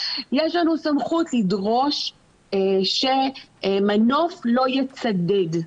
יש לנו סמכות לדרוש שמנוף לא יצדד,